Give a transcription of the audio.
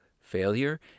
failure